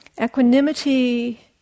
Equanimity